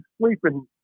sleeping